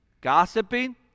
gossiping